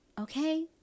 Okay